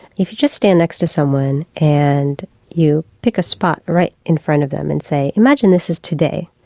if you just stand next to someone and you pick a spot right in front of them and say imagine this is today,